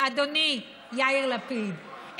אדוני יאיר לפיד,